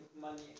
money